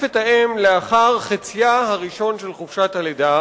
את האם לאחר מחציתה הראשונה של חופשת הלידה,